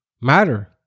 matter